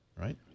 right